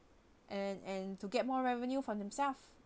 and and to get more revenue from themself